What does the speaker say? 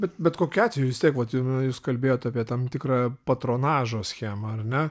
bet bet kokiu atveju vis tiek vat jūs kalbėjot apie tam tikrą patronažo schemą ar ne